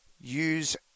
use